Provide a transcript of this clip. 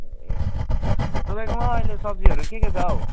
तपाईँकोमा अहिले सब्जीहरू के के छ हौ